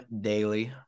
daily